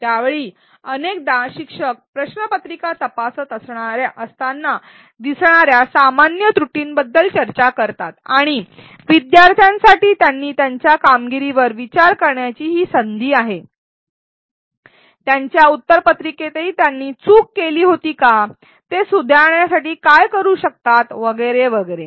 त्यावेळी अनेकदा शिक्षक प्रश्नपत्रिका तपासत असताना दिसणाऱ्या सामान्य त्रुटींबद्दल चर्चा करतात आणि विद्यार्थ्यांसाठी त्यांनी त्यांच्या कामगिरीवर विचार करण्याची ही संधी आहे त्यांच्या उत्तरपत्रिकेतही त्यांनी चूक केली होती का ते सुधारण्यासाठी काय करू शकतात वगैरे वगैरे